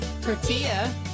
Tortilla